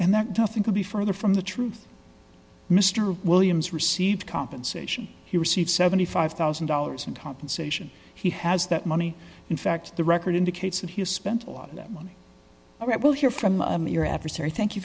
and that tough thing could be further from the truth mr williams received compensation he received seventy five thousand dollars in compensation he has that money in fact the record indicates that he spent a lot of that money all right we'll hear from your adversary thank you